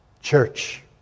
church